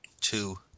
Two